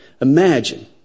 Imagine